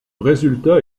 résultat